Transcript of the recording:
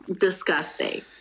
Disgusting